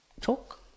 talk